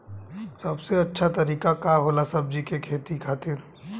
सबसे अच्छा तरीका का होला सब्जी के खेती खातिर?